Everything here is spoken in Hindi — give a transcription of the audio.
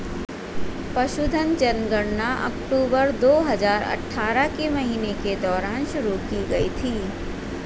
पशुधन जनगणना अक्टूबर दो हजार अठारह के महीने के दौरान शुरू की गई थी